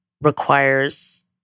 requires